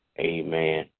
Amen